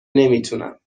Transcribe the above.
نمیتونم